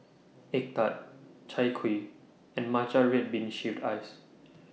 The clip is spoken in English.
Egg Tart Chai Kuih and Matcha Red Bean Shaved Ice